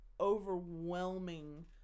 Overwhelming